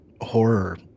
horror